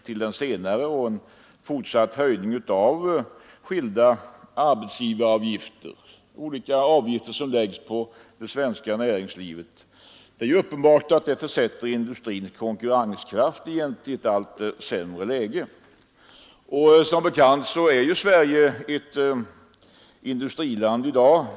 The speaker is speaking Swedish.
Det är uppenbart att en fortsatt höjning av de olika avgifter som läggs på det svenska näringslivet försätter industrins konkurrenskraft i ett allt sämre läge. Som bekant är Sverige ett industriland.